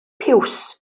piws